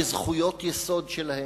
בזכויות יסוד שלהם,